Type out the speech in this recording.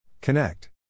Connect